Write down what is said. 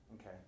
Okay